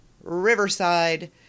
Riverside